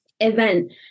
event